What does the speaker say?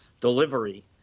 delivery